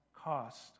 cost